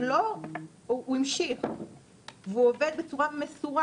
הוא המשיך והוא עובד בצורה מסורה,